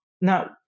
Now